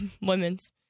Women's